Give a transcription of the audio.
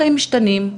החיים משתנים,